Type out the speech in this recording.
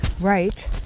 right